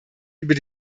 über